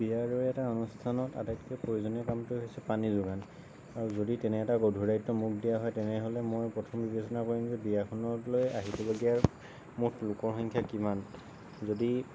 বিয়াৰ দৰে এটা অনুষ্ঠানত আটাইতকৈ প্ৰয়োজনীয় কামটো হৈছে পানী যোগান আৰু যদি তেনে এটা গধুৰ দায়িত্ব মোক দিয়া হয় তেনেহ'লে মই প্ৰথম বিবেচনা কৰিম যে বিয়াখনলৈ আহিবলগীয়া মুঠ লোকৰ সংখ্য়া কিমান যদি